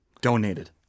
Donated